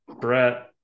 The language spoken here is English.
Brett